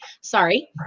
Sorry